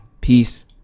peace